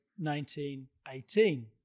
1918